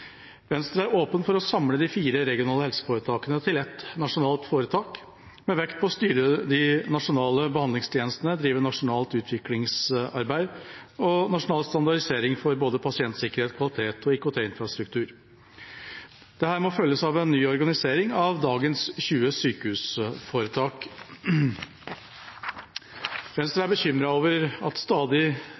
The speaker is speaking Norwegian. Venstre er åpne for å samle de fire regionale helseforetakene til ett nasjonalt foretak, med vekt på å styre de nasjonale behandlingstjenestene og drive nasjonalt utviklingsarbeid og nasjonal standardisering av både pasientsikkerhet, kvalitet og IKT-infrastruktur. Dette må følges av en ny organisering av dagens 20 sykehusforetak. Venstre er bekymret over at stadig